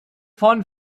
von